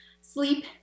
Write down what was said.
sleep